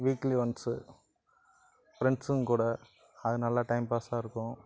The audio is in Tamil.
வீக்லி ஒன்ஸ் ஃப்ரெண்ட்ஸுங்கூட அது நல்ல டைம் பாஸாக இருக்கும்